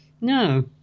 No